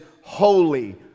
holy